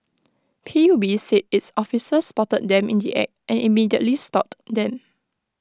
P U B said its officers spotted them in the act and immediately stopped them